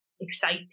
excite